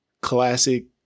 classic